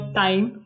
time